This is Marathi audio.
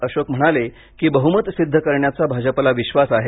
अशोक म्हणाले की बहुमत सिद्ध करण्याचा भाजपला विश्वास आहे